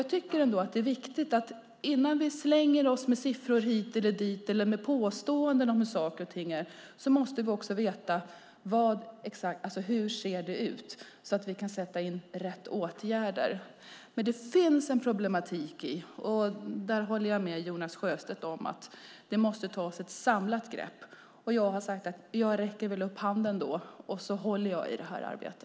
Jag tycker nämligen att det är viktigt att vi innan vi slänger oss hit och dit med siffror eller påståenden om hur saker och ting är måste veta exakt hur det ser ut, så att vi kan sätta in rätt åtgärder. Det finns dock en problematik, och jag håller med Jonas Sjöstedt om att det måste tas ett samlat grepp. Jag har sagt att jag räcker upp handen och håller i detta arbete.